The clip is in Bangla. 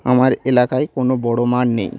আমার এলাকায় কোনো বড় মাঠ নেই